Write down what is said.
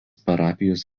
parapijos